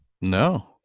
No